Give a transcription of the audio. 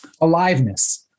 Aliveness